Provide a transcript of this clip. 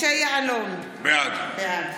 בעד משה יעלון, בעד